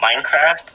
Minecraft